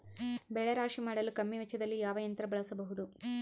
ಬೆಳೆ ರಾಶಿ ಮಾಡಲು ಕಮ್ಮಿ ವೆಚ್ಚದಲ್ಲಿ ಯಾವ ಯಂತ್ರ ಬಳಸಬಹುದು?